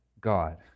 God